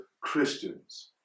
Christians